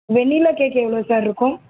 vanilla cake எவ்வளோ sir இருக்கும்